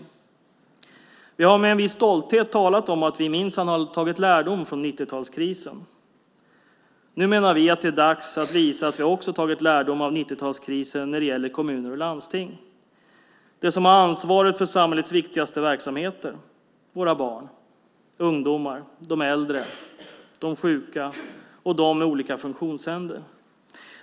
Vi har med en viss stolthet talat om att vi minsann har tagit lärdom av 90-talskrisen. Nu menar vi att det är dags att visa att vi också har tagit lärdom av 90-talskrisen när det gäller kommuner och landsting, de som har ansvaret för samhällets viktigaste verksamheter, våra barn, ungdomar, äldre och sjuka och de med olika funktionshinder.